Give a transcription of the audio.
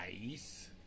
nice